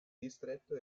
distretto